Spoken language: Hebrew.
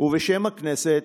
ובשם הכנסת,